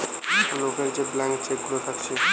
লোকের যে blank cheque গুলা থাকছে